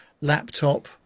laptop